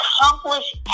accomplish